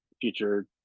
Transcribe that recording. future